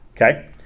okay